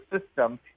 system